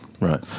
Right